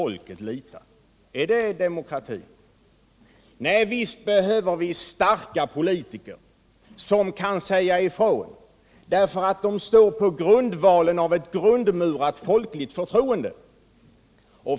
Visst behöver vi starka politiker, som kan säga ifrån därför att de står på grundvalen av ett grundmurat folkligt förtroende.